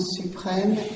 supreme